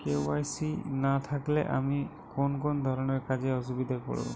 KYC না থাকলে আমি কোন কোন ধরনের কাজে অসুবিধায় পড়ব?